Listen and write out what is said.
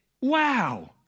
Wow